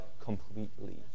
completely